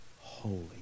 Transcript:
holy